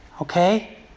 okay